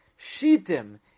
shitim